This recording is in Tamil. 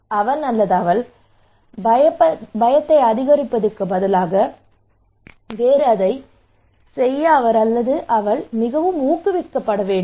அவன் அல்லது அவள் பயத்தை அதிகரிப்பதற்குப் பதிலாக வேறு அதைச் செய்ய அவர் அல்லது அவள் மிகவும் ஊக்குவிக்கப்பட வேண்டும்